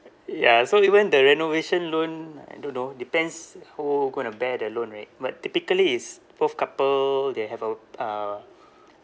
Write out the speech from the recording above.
ya so even the renovation loan I don't know depends who going to bear the loan right but typically is both couple they have uh uh